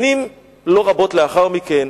שנים לא רבות לאחר מכן